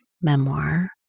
memoir